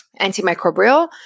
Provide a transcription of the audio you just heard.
antimicrobial